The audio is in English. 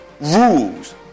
rules